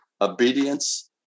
Obedience